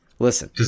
listen